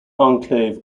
enclave